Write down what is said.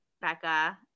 Becca